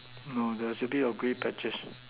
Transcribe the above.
there's a bit of grey patches